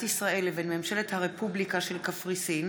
ישראל לבין ממשלת הרפובליקה של קפריסין